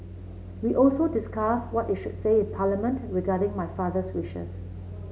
we also discussed what is should say in Parliament regarding my father's wishes